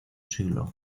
siglo